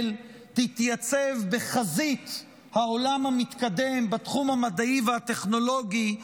תתייצב בחזית העולם המתקדם בתחום המדעי והטכנולוגי,